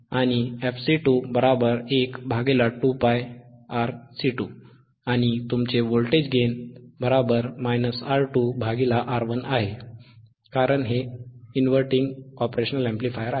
आणि तुमचा voltage gain R2R1 आहे कारण हे इनव्हर्टिंग op amp आहे